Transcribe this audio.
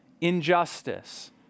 injustice